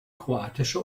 kroatische